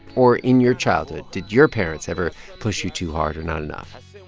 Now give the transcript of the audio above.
or in your childhood, did your parents ever push you too hard or not enough?